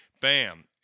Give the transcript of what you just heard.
bam